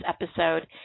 episode